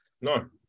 No